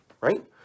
right